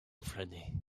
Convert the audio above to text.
flâner